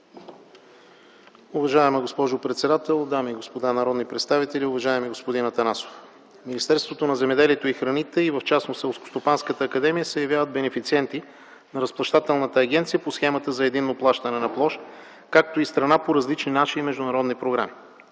Уважаема госпожо председател, дами и господа народни представители! Уважаеми господин Атанасов, Министерството на земеделието и храните и в частност Селскостопанската академия се явяват бенефициенти на Разплащателната агенция по Схемата за единно плащане на площ, както и страна по различни наши и международни програми.